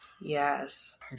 Yes